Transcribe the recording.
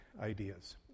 ideas